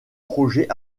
projet